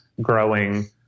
growing